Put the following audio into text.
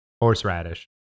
Horseradish